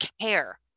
care